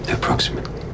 Approximately